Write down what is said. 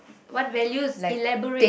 what values elaborate